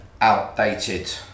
outdated